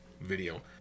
video